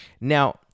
Now